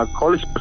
college